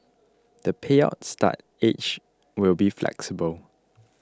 the payout start age will be flexible